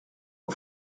aux